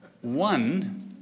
One